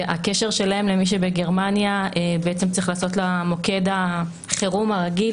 והקשר שלהם למי שגרמניה בעצם צריך לעשות למוקד החירום הרגיל,